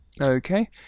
Okay